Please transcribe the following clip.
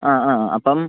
ആ ആ അപ്പം